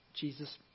Jesus